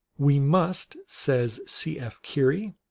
we must, says c. f. keary,